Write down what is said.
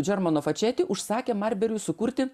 džiormano fačeti užsakė marberiui sukurti